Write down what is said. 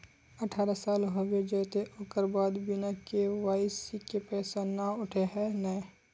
अठारह साल होबे जयते ओकर बाद बिना के.वाई.सी के पैसा न उठे है नय?